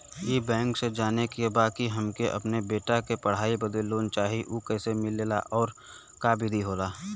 ई बैंक से जाने के बा की हमे अपने बेटा के पढ़ाई बदे लोन चाही ऊ कैसे मिलेला और का विधि होला?